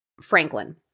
Franklin